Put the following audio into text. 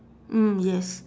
mm yes